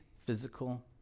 physical